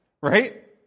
Right